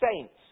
saints